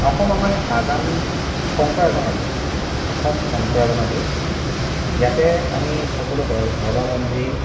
অসম আমাৰ আজান শংকৰ আজানৰ দেশ অসম শংকৰ আজানৰ দেশ ইয়াতে আমি সকলো ধৰ্মাৱলম্বী